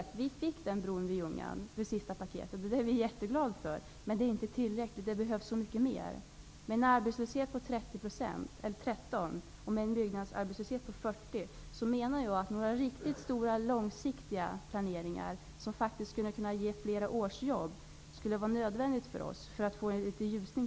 Vi fick en bro vid Ljungan i senaste paketet, det är vi jätteglada för. Men det är inte tillräckligt, det behövs så mycket mer. Med en arbetslöshet på 13 % och en byggarbetslöshet på 40 % skulle några riktigt stora långtidsprojekt, som skulle ge flera års jobb, vara nödvändiga för oss för att få litet ljusning.